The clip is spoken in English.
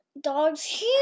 dogs